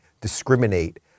discriminate